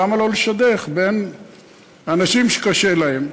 למה לא לשדך בין אנשים שקשה להם?